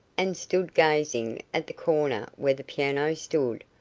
and stood gazing at the corner where the piano stood,